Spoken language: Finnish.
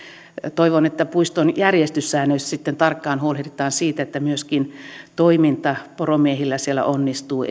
toivon että puiston järjestyssäännöissä sitten tarkkaan huolehditaan siitä että myöskin toiminta poromiehillä siellä onnistuu